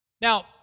Now